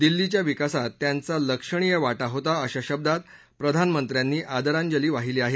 दिल्लीच्या विकासात त्यांचा लक्षणीय वाटा होता अशा शब्दात प्रधानमंत्र्यांनी आदरांजली वाहिली आहे